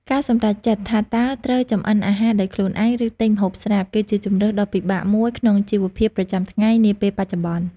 ការសម្រេចចិត្តថាតើត្រូវចម្អិនអាហារដោយខ្លួនឯង ឬទិញម្ហូបស្រាប់ គឺជាជម្រើសដ៏ពិបាកមួយក្នុងជីវភាពប្រចាំថ្ងៃនាពេលបច្ចុប្បន្ន។